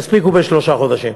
יספיקו בשלושה חודשים.